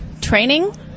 training